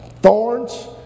Thorns